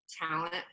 talent